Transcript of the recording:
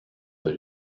they